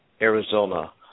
Arizona